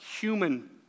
human